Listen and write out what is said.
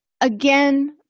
again